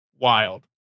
Wild